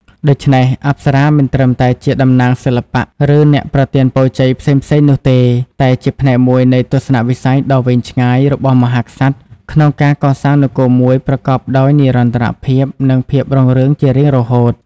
ដូច្នេះ អប្សរាមិនត្រឹមតែជាតំណាងសិល្បៈ ឬអ្នកប្រទានពរជ័យផ្សេងៗនោះទេ តែជាផ្នែកមួយនៃទស្សនៈវិស័យដ៏វែងឆ្ងាយរបស់មហាក្សត្រក្នុងការកសាងនគរមួយប្រកបដោយនិរន្តរភាព និងភាពរុងរឿងជារៀងរហូត។